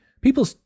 people